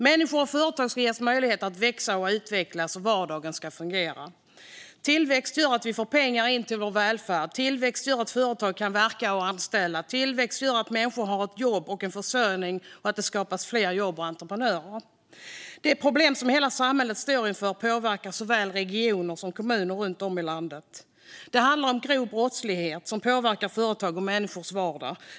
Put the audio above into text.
Människor och företag ska ges möjlighet att växa och utvecklas, och vardagen ska fungera. Tillväxt gör att vi får in pengar till vår välfärd. Tillväxt gör att företag kan verka och anställa. Tillväxt gör att människor har ett jobb och en försörjning och att det skapas fler jobb och entreprenörer. De problem som hela samhället står inför påverkar såväl regioner som kommuner runt om i landet. Det handlar om grov brottslighet som påverkar företag och människors vardag.